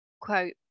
quote